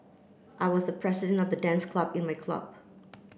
I was the president of the dance club in my club